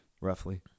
roughly